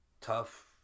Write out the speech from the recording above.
tough